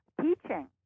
teaching